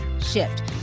shift